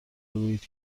بگویید